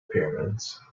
pyramids